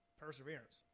perseverance